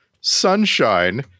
Sunshine